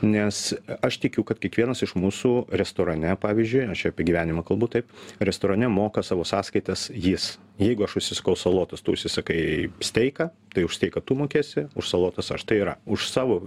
nes aš tikiu kad kiekvienas iš mūsų restorane pavyzdžiui aš čia apie gyvenimą kalbu taip restorane moka savo sąskaitas jis jeigu aš užsisakau salotas tu užsisakai steiką tai už steiką tu mokėsi už salotas aš tai yra už savo